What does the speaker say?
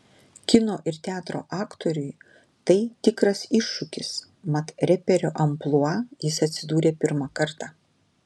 kino ir teatro aktoriui tai tikras iššūkis mat reperio amplua jis atsidūrė pirmą kartą